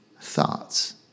thoughts